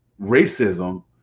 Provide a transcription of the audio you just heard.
racism